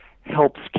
helps